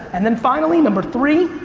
and then finally number three,